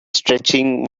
stretching